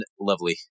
lovely